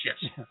yes